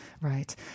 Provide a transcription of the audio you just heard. Right